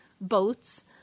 boats